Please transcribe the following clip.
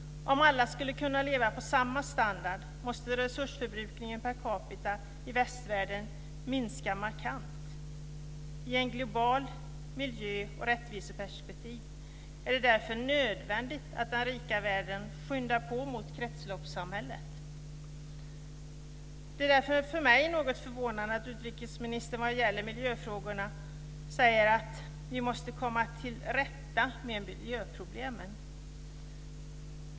Om alla ska kunna leva på samma standard måste resursförbrukningen per capita i västvärlden minska markant. I ett globalt miljö och rättviseperspektiv är det därför nödvändigt att den rika världen skyndar på mot kretsloppssamhället. Det är därför för mig något förvånande att utrikesministern vad gäller miljöfrågorna säger att vi måste komma till rätta med miljöproblemen.